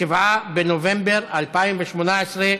7 בנובמבר 2018,